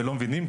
ולא מבינים,